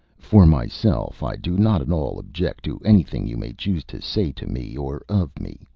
for myself, i do not at all object to anything you may choose to say to me or of me.